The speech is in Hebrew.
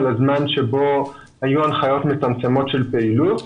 לזמן שבו היו הנחיות מצמצמות של פעילות.